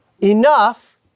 enough